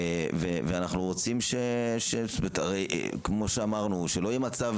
ואנחנו רוצים שלא יהיה מצב